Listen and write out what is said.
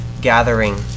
gathering